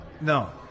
No